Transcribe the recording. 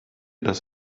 das